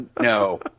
no